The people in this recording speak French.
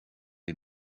est